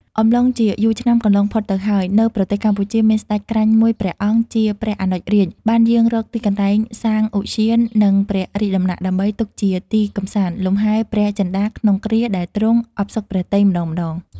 អំឡុងជាយូរឆ្នាំកន្លងផុតទៅហើយ នៅប្រទេសកម្ពុជាមានស្ដេចក្រាញ់មួយព្រះអង្គ ជាព្រះអនុរាជ បានយាងរកទីកន្លែងសាងឧទ្យាន និងព្រះរាជដំណាក់ ដើម្បីទុកជាទីកម្សាន្ត លំហែព្រះចិន្ដាក្នុងគ្រាដែលទ្រង់អផ្សុកព្រះទ័យម្ដងៗ ។។